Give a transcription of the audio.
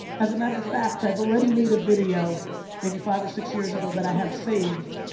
as a matter of fact, i've already made a video maybe five or six years ago that i have saved